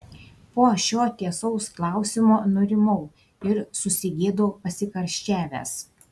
po šio tiesaus klausimo nurimau ir susigėdau pasikarščiavęs